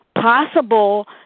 possible